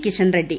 Kishan ruddy